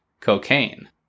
cocaine